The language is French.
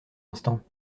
instants